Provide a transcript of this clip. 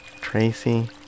Tracy